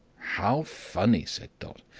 how funny, said dot,